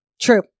True